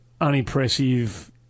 unimpressive